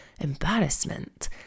embarrassment